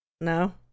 No